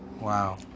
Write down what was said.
Wow